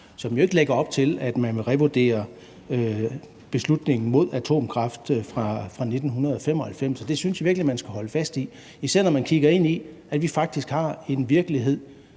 der ikke lægges op til, at man vil revurdere beslutningen fra 1995 om ikke at støtte atomkraft. Det synes jeg virkelig man skal holde fast i, især når man kigger ind i, at vi faktisk har en virkelighed,